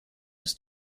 ist